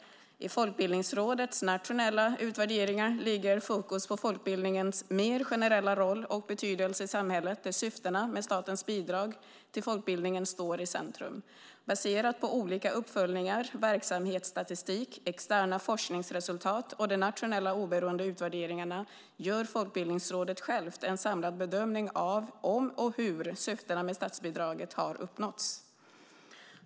I Folkbildningsrådets nationella utvärderingar ligger fokus på folkbildningens mer generella roll och betydelse i samhället där syftena med statens bidrag till folkbildningen står i centrum. Baserat på olika uppföljningar, verksamhetsstatistik, externa forskningsresultat och de nationella oberoende utvärderingarna gör Folkbildningsrådet självt en samlad bedömning av om och hur syftena med statsbidraget har uppnåtts.